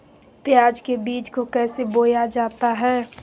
प्याज के बीज को कैसे बोया जाता है?